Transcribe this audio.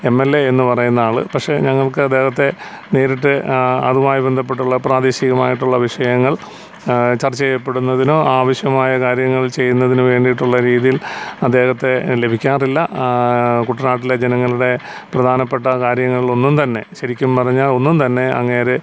M L A എന്നു പറയുന്ന ആൾ പക്ഷെ ഞങ്ങൾക്ക് അദ്ദേഹത്തെ നേരിട്ട് അതുമായി ബന്ധപ്പെട്ടുള്ള പ്രാദേശികമായിട്ടുള്ള വിഷയങ്ങൾ ചർച്ച ചെയ്യപ്പെടുന്നതിനോ ആവശ്യമായ കാര്യങ്ങൾ ചെയ്യുന്നതിന് വേണ്ടിയിട്ടുള്ള രീതിയിൽ അദ്ദേഹത്തെ ലഭിക്കാറില്ല കുട്ടനാട്ടിലെ ജനങ്ങളുടെ പ്രധാനപ്പെട്ട കാര്യങ്ങളിൽ ഒന്നുംതന്നെ ശരിക്കും പറഞ്ഞാൽ ഒന്നുംതന്നെ അങ്ങേര്